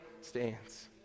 stands